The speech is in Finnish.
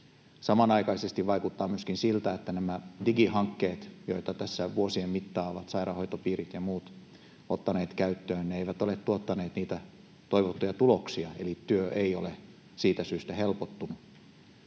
Samanaikaisesti vaikuttaa myöskin siltä, että nämä digihankkeet, joita tässä vuosien mittaan sairaanhoitopiirit ja muut ovat ottaneet käyttöön, eivät ole tuottaneet toivottuja tuloksia, eli työ ei ole siitä syystä helpottunut.